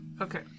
Okay